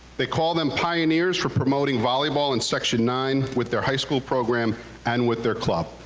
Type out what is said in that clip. they call them pioneers for promoting volleyball in section nine with their high school program and with their club.